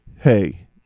hey